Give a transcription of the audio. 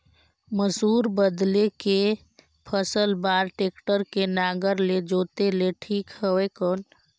मसूर बदले के फसल बार टेक्टर के नागर ले जोते ले ठीक हवय कौन?